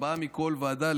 ארבעה מכל ועדה,